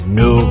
no